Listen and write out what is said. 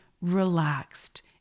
relaxed